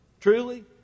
truly